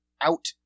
out